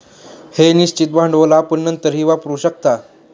हे निश्चित भांडवल आपण नंतरही वापरू शकता